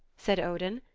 said odin.